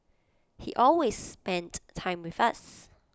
he always spent time with us